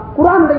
Quran